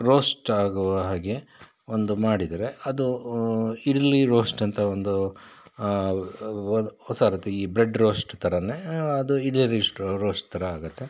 roast ಆಗೋ ಹಾಗೆ ಒಂದು ಮಾಡಿದರೆ ಅದು ಇಡ್ಲಿ ರೋಸ್ಟ್ ಅಂತ ಒಂದು ಹೊಸ ರೀತಿ ಈ ಬ್ರೆಡ್ ರೋಸ್ಟ್ ಥರಾನೆ ಅದು ಇಡ್ಲಿ ರಿಸ್ಟ್ ರೋಸ್ಟ್ ಥರ ಆಗುತ್ತೆ